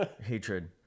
hatred